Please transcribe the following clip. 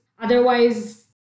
otherwise